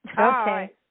Okay